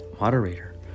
Moderator